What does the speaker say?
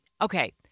Okay